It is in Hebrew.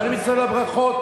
ואני מצטרף לברכות,